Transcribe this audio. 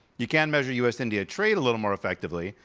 you can measure us-india trade a little more effectively.